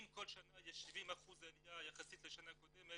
אם כל שנה יש 70% עליה ביחס לשנה קודמת,